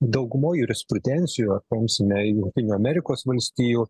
daugumoj jurisprudencijų ar paimsime jungtinių amerikos valstijų